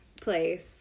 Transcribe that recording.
place